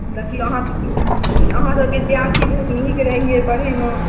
देखिऔ अहाँ तऽ अहाँ तऽ विद्यार्थी बहुत नीक रहियै पढ़ैमे